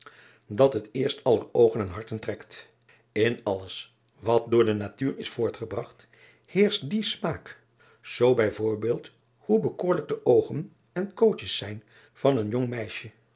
dat het eerst aller oogen en harten trekt n alles wat door de natuur is voortgebragt heerscht die smaak zoo bij voorbeeld hoe bekoorlijk de oogen en kooutjes zijn van een jong meisje